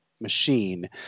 machine